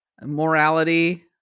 morality